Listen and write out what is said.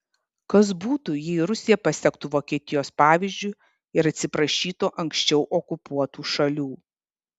kas būtų jei rusija pasektų vokietijos pavyzdžiu ir atsiprašytų anksčiau okupuotų šalių